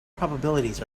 probabilities